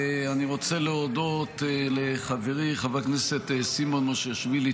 אני רוצה להודות לחברי חבר הכנסת סימון מושיאשוילי.